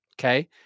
Okay